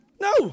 no